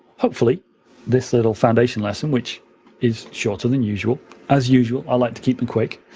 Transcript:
hopefully this little foundation lesson, which is shorter than usual as usual, i like to keep them quick,